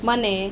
ಮನೆ